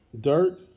Dirt